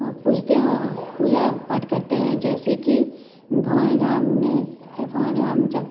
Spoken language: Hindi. पूजते हँ पूजा पाठ करते हैं जैसे कि भगवान राम ने भगवान राम जब